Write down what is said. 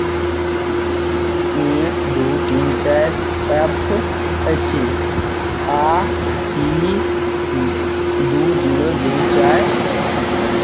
एक दू तीन चारि एफ अछि आ ई दू जीरो दू चारि